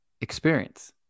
experience